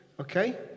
okay